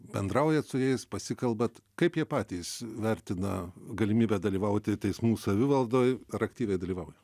bendraujat su jais pasikalbat kaip jie patys vertina galimybę dalyvauti teismų savivaldoj ar aktyviai dalyvauja